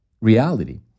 reality